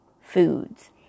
foods